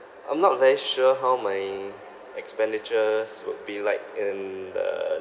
I'm not very sure how my expenditures would be like in the